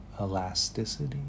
elasticity